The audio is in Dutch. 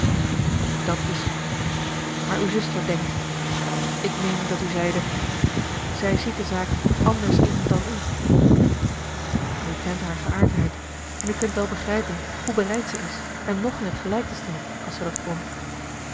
dat is hij maar uw zuster denkt ik meen dat u zeide zij ziet de zaak anders in dan u u kent haar geaardheid en u kunt wel begrijpen hoe bereid zij is hem nog in t gelijk te stellen als zij dat kon